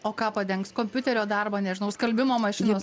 o ką padengs kompiuterio darbą nežinau skalbimo mašinos